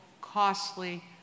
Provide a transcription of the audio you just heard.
costly